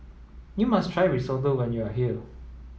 you must try Risotto when you are here